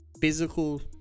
physical